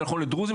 זה נכון לדרוזים,